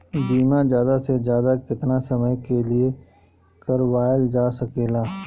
बीमा ज्यादा से ज्यादा केतना समय के लिए करवायल जा सकेला?